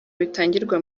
bitangirwa